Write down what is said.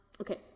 okay